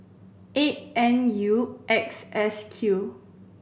eight N U X S Q